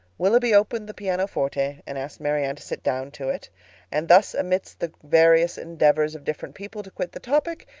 willoughby opened the piano-forte, and asked marianne to sit down to it and thus amidst the various endeavours of different people to quit the topic,